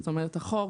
זאת אומרת,